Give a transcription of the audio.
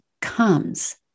comes